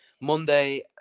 Monday